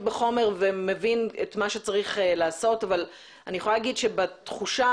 בחומר ומבין את מה שצריך לעשות אבל אני יכולה להגיד שבתחושה